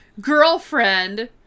girlfriend